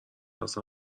اصلا